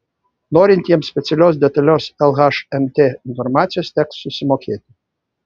norintiems specialios detalios lhmt informacijos teks susimokėti